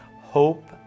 hope